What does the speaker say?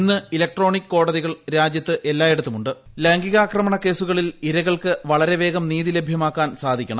ഇന്ന് ഇലക്ടോണിക് കോടതികൾ രാജ്യത്ത് എല്ലായിടത്തുമു ലൈംഗികാക്രമണ കേസുകളിൽ ഇരകൾക്ക് വളരെവേഗം നീതി ലഭ്യമാക്കാൻ സാധിക്കണം